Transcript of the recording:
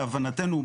להבנתנו,